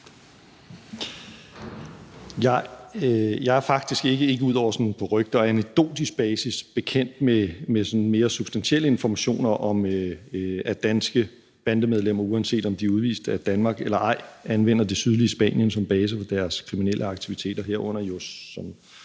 Jeg er faktisk ikke, udover sådan på rygtebasis og anekdotisk basis, bekendt med sådan mere substantielle informationer om, at danske bandemedlemmer, uanset om de er udvist af Danmark eller ej, anvender det sydlige Spanien som base for deres kriminelle aktiviteter, herunder jo